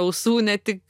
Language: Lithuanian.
ausų ne tik